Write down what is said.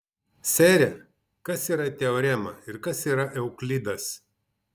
sere kas yra teorema ir kas yra euklidas